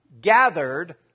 gathered